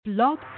Blog